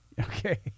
okay